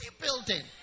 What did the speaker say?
building